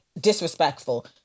disrespectful